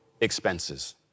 expenses